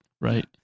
Right